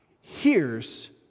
hears